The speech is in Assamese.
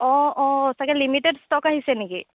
অ' অ' ছাগে লিমিটেড ষ্টক আহিছে নেকি